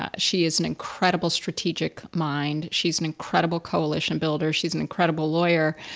ah she is an incredible strategic mind, she's an incredible coalition builder, she's an incredible lawyer.